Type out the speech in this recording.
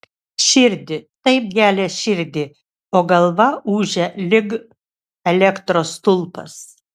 širdį taip gelia širdį o galva ūžia lyg elektros stulpas